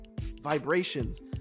vibrations